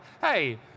hey